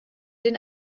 den